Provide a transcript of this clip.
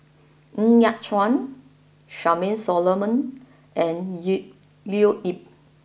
Ng Yat Chuan Charmaine Solomon and Leo Yip